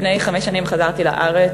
לפני חמש שנים חזרתי לארץ.